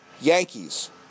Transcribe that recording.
Yankees